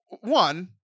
one